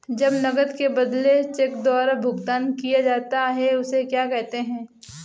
जब नकद के बदले चेक द्वारा भुगतान किया जाता हैं उसे क्या कहते है?